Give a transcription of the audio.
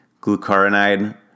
glucuronide